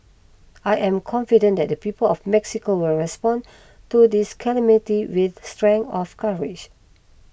I am confident that the people of Mexico will respond to this calamity with strength of courage